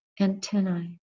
antennae